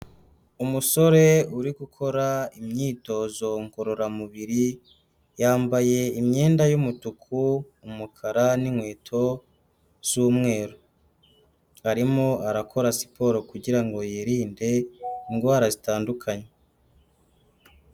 Umusore uri gukora imyitozo ngororamubiri, yambaye imyenda y'umutuku, umukara n'inkweto z'umweru, arimo arakora siporo kugira ngo yirinde indwara zitandukanye.